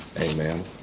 Amen